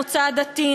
מוצא עדתי,